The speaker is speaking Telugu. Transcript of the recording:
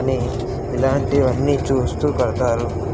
అని ఇలాంటివి అన్నీ చూస్తూ కడుతారు